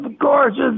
gorgeous